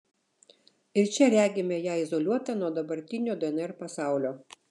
ir čia regime ją izoliuotą nuo dabartinio dnr pasaulio